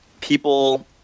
people